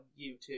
YouTube